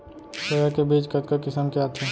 Soya के बीज कतका किसम के आथे?